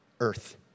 Earth